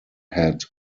had